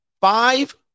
five